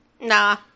nah